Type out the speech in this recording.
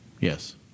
Yes